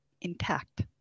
intact